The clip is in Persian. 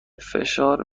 فشار